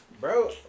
bro